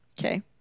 Okay